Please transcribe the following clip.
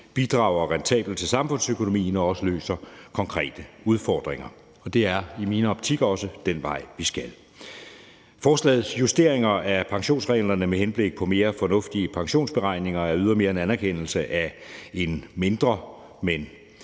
bidrager rentabelt til samfundsøkonomien og også løser konkrete udfordringer. Det er i min optik også den vej, vi skal. Forslagets justeringer af pensionsreglerne med henblik på mere fornuftige pensionsberegninger er ydermere en anerkendelse af en mindre, men